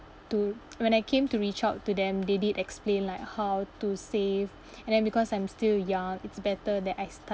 to when I came to reach out to them they did explain like how to save and then because I'm still young it's better that I start